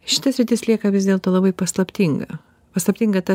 šita sritis lieka vis dėlto labai paslaptinga paslaptinga ta